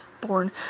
born